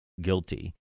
guilty